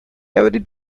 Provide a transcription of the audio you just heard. every